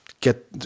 get